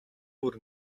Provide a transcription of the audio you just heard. бүр